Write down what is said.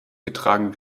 getragen